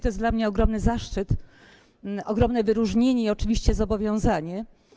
To jest dla mnie ogromny zaszczyt, ogromne wyróżnienie i oczywiście zobowiązanie.